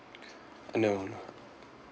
no not